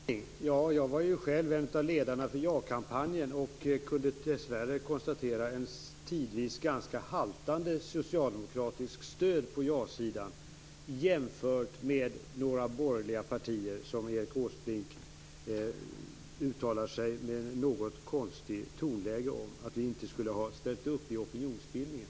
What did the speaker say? Fru talman! När det gäller opinionsbildning kan jag säga att jag själv var en av ledarna för jakampanjen. Dessvärre kunde jag konstatera ett tidvis ganska haltande socialdemokratiskt stöd på ja-sidan jämfört med några borgerliga partier, som Erik Åsbrink med ett något konstigt tonläge uttalar inte skulle ha ställt upp i opinionsbildningen.